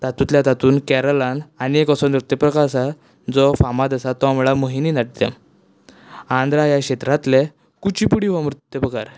तातूंतल्या तातून केरळान आनी एक असो नृत्य प्रकार आसा जो फामाद आसा तो म्हळ्यार मोहिनी नट्ट्यम आंध्रा ह्या क्षेत्रातले कुचीपुडी हो नृत्य पकार